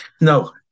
no